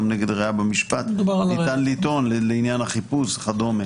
נגד ראיה במשפט ניתן לטעון לעניין החיפוש וכדו'.